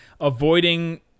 avoiding